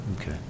okay